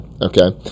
okay